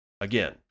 Again